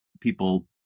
People